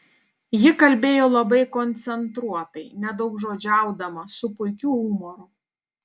ji kalbėjo labai koncentruotai nedaugžodžiaudama su puikiu humoru